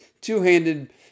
two-handed